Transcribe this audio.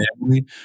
family